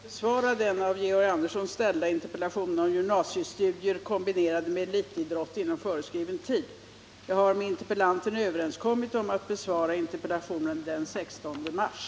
Herr talman! På grund av resor har jag inte inom föreskriven tid tillfälle att besvara den av Georg Andersson ställda interpellationen om gymnasiestudier kombinerade med elitidrott. Jag har med interpellanten överenskommit att besvara interpellationen den 16 mars.